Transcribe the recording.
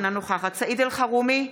אינו נוכח סעיד אלחרומי,